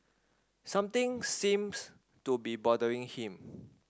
something seems to be bothering him